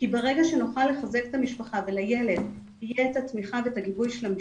כי ברגע שנוכל לחזק את המשפחה ולילד יהיה את התמיכה והגיבוי של המשפחה,